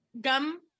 gum